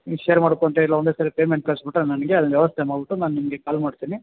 ನೀವು ಶೇರ್ ಮಾಡಿಕೊಂಡೋ ಇಲ್ಲ ಒಂದೇ ಸಾರಿ ಪೇಮೆಂಟ್ ಕಳ್ಸಿಬಿಟ್ರೆ ನನಗೆ ಅದ್ರ ವ್ಯವಸ್ಥೆ ಮಾಡ್ಬಿಟ್ಟು ನಾನು ನಿಮಗೆ ಕಾಲ್ ಮಾಡ್ತೀನಿ